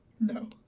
No